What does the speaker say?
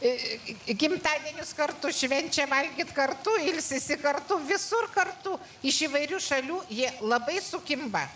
į gimtadienius kartu švenčia valgyt kartu ilsisi kartu visur kartu iš įvairių šalių jie labai sukimba